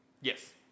yes